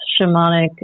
shamanic